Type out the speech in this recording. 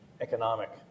economic